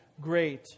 great